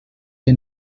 que